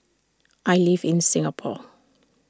I live in Singapore